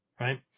Right